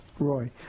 Roy